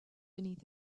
beneath